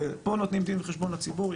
פה נותנים דין וחשבון לציבור,